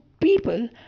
people